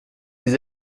des